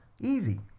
Easy